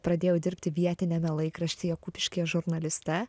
pradėjau dirbti vietiniame laikraštyje kupiškyje žurnaliste